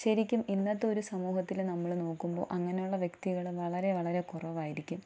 ശരിക്കും ഇന്നത്തെ ഒരു സമൂഹത്തിൽ നമ്മൾ നോക്കുമ്പോൾ അങ്ങനെയുള്ള വ്യക്തികളും വളരെ വളരെ കുറവായിരിക്കും